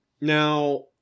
Now